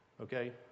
Okay